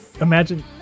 Imagine